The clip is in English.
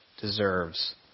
deserves